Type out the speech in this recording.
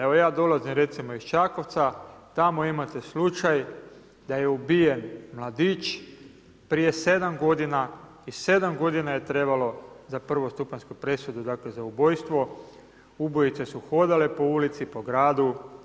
Evo ja dolazim recimo iz Čakovca, tamo imate slučaj da je ubijen mladić prije 7 godina i 7 godina je trebalo prvostupanjsku presudu dakle, za ubojstvo, ubojice su hodale po ulici po gradu.